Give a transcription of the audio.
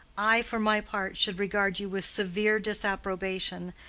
i, for my part, should regard you with severe disapprobation,